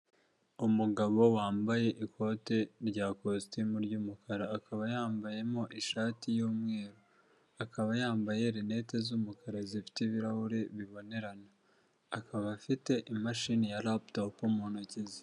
Umugabo wambaye ikote rya kositimu ry'umukara, akaba yambayemo ishati y'umweru, akaba yambaye rinete z'umukara zifite ibirahure bibonerana, akaba afite imashini ya raputopu mu ntoki ze.